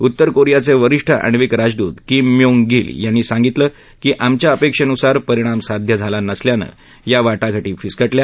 उत्तर कोरियाचे वरिष्ठ आणिवक राजदूत किम म्योंग गिल यांनी सांगितलं की आमच्या अपेक्षेनुसार परिणाम साध्य झाला नसल्यानं या वाटाघाटी फिसकटल्या